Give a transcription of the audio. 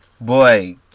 boy